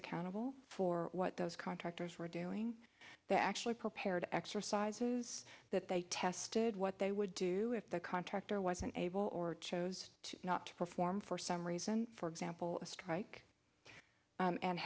accountable for what those contractors were doing that actually prepared exercises that they tested what they would do if the contractor wasn't able or chose not to perform for some reason for example a strike